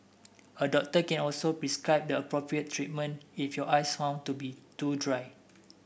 a doctor can also prescribe the appropriate treatment if your eyes are found to be too dry